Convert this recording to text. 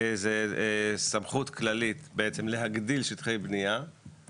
זה סמכות כללית בעצם להגדיל שטחי בנייה